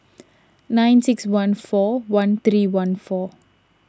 nine six one four one three one four